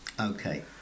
Okay